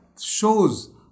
shows